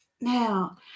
Now